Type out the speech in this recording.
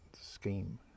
scheme